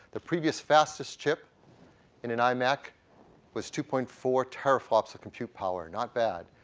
the previous fastest chip in an ah imaac was two point four teraflops to compute power, not bad.